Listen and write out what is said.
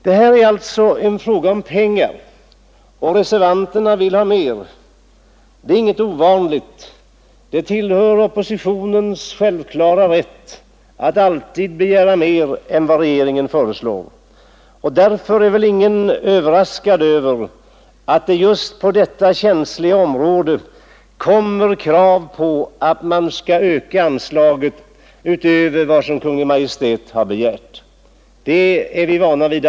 Det här är alltså en fråga om pengar, och reservanterna vill ha mer. Det är inget ovanligt; det tillhör oppositionens självklara rätt att alltid begära mer än regeringen föreslår, och därför är väl ingen överraskad över att det just på detta känsliga område framställs krav på ökning av anslaget utöver vad Kungl. Maj:t har föreslagit. Det är vi vana vid.